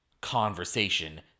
conversation